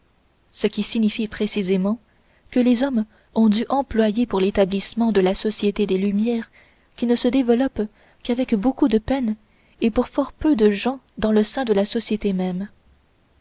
ce qui signifie précisément que les hommes ont dû employer pour l'établissement de la société des lumières qui ne se développent qu'avec beaucoup de peine et pour fort peu de gens dans le sein de la société même